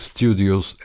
Studios